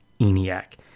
ENIAC